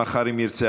מי נגד?